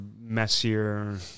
messier